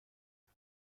کنم